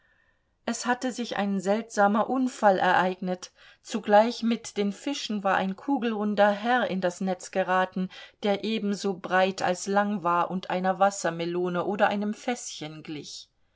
es hatte sich ein seltsamer unfall ereignet zugleich mit den fischen war ein kugelrunder herr in das netz geraten der ebenso breit als lang war und einer wassermelone oder einem fäßchen glich